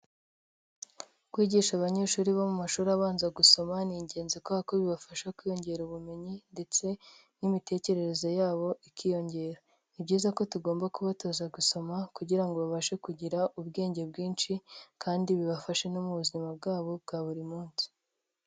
Kwigisha abanyeshuri bo mu mashuri abanza gusoma ni ingenzi kubera ko bibafasha kwiyongera ubumenyi ndetse, n'imitekerereze yabo ikiyongera. Ni byiza ko tugomba kubatoza gusoma kugira babashe kugira ubwenge bwinshi, kandi bibafashe no mu buzima bwabo bwa buri munsi.